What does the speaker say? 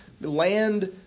land